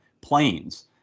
planes